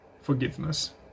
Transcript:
forgiveness